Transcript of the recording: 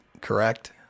correct